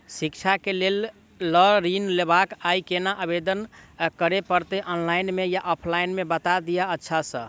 शिक्षा केँ लेल लऽ ऋण लेबाक अई केना आवेदन करै पड़तै ऑनलाइन मे या ऑफलाइन मे बता दिय अच्छा सऽ?